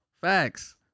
Facts